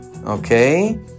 Okay